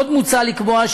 עוד מוצע לקבוע,